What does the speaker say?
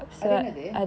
அது என்னது:athu ennathu